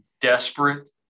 desperate